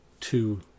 two